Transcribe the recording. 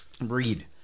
Read